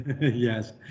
Yes